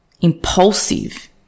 Impulsive